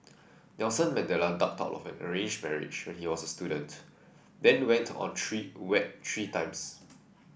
Nelson Mandela ducked out of an arranged marriage when he was a student then went on three wed three times